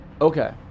Okay